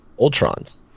Ultron's